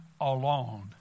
alone